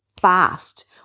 fast